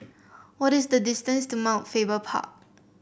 what is the distance to Mount Faber Park